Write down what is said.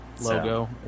logo